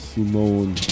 Simone